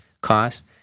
cost